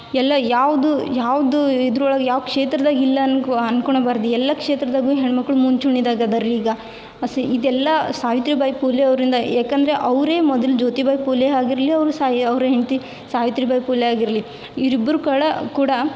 ಎಲ್ಲ ಯಾವುದೂ ಯಾವುದೂ ಇದ್ರೊಳಗೆ ಯಾವ ಕ್ಷೇತ್ರದಾಗ ಇಲ್ಲ ಅನ್ಕೊ ಅನ್ಕೊಳಬಾರ್ದ್ ಎಲ್ಲ ಕ್ಷೇತ್ರದಾಗೂ ಹೆಣ್ಣು ಮಕ್ಕಳು ಮುಂಚೂಣಿದಾಗ ಅದಾರೆ ರೀ ಈಗ ಅಸ್ ಇದೆಲ್ಲ ಸಾವಿತ್ರಿಬಾಯಿ ಫುಲೆ ಅವರಿಂದ ಏಕಂದರೆ ಅವರೇ ಮೊದಲು ಜ್ಯೋತಿಬಾ ಫುಲೆ ಆಗಿರಲಿ ಅವ್ರ ಸಾ ಅವ್ರ ಹೆಂಡತಿ ಸಾವಿತ್ರಿಬಾಯಿ ಫುಲೆ ಆಗಿರಲಿ ಇವ್ರು ಇಬ್ರು ಕೊಳ ಕೂಡ